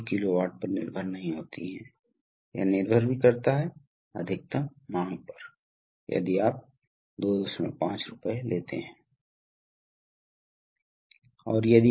इसलिए बंद वेंट और चालू इसलिए इसे बंद किया जा सकता है जिस स्थिति में हवा नहीं बहती है अगर यह चालू है तो हवा इनलेट से आउटलेट तक जाएगी और अगर यह वेंट मोड में है तो इनलेट और आउटलेट वायुमंडल से जुड़ा होगा